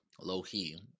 Low-key